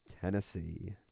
Tennessee